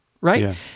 right